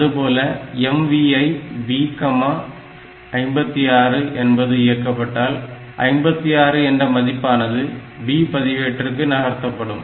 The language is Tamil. அதுபோல MVI B 56 என்பது இயக்கப்பட்டால் 56 என்ற மதிப்பானது B பதிவேட்டிற்கு நகர்த்தப்படும்